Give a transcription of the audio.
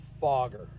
Fogger